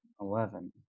Eleven